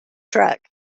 truck